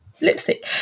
lipstick